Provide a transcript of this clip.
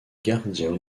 gardien